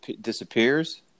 disappears